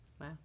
Wow